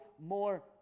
more